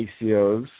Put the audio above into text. ACOs